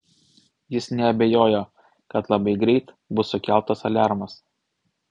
jis neabejojo kad labai greit bus sukeltas aliarmas